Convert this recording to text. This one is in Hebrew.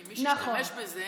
כי מי שישתמשו בזה